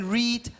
read